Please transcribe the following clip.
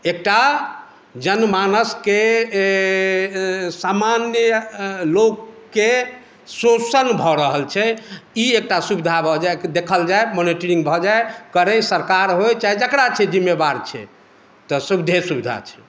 एकटा जन मानसके सामान्य लोकके शोषण भऽ रहल छै ई एकटा सुविधा भऽ जाइ देखल जाइ मॉनीटरिंग भऽ जाइ करै सरकार होइ चाहे जेकरा छै जिम्मेवार छै तऽ सुविधे सुविधा छै